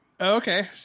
Okay